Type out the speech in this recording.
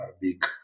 big